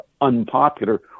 unpopular